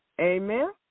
Amen